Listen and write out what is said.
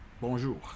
Bonjour